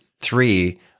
three